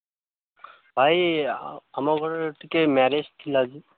ଭାଇ ଆମ ଘରେ ଟିକେ ମ୍ୟାରେଜ୍ ଥିଲା